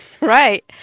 Right